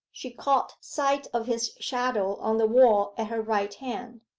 she caught sight of his shadow on the wall at her right hand.